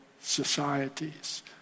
societies